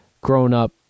grown-up